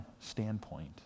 standpoint